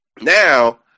Now